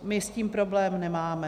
My s tím problém nemáme.